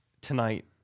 Tonight